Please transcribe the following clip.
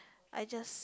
I just